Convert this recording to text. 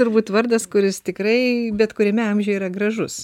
turbūt vardas kuris tikrai bet kuriame amžiuje yra gražus